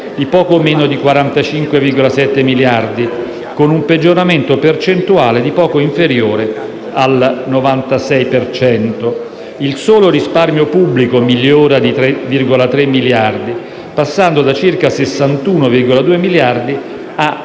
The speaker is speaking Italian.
di poco meno di 45,7 miliardi, con un peggioramento percentuale di poco inferiore al 96 per cento. Il solo risparmio pubblico migliora di 3,3 miliardi passando da circa 61,2 miliardi a